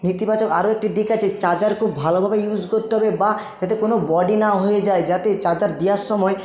নেতিবাচক আরও একটি দিক আছে চার্জার খুব ভালোভাবে ইউজ করতে হবে বা যাতে কোনো বডি না হয়ে যায় যাতে চার্জার দেওয়ার সময়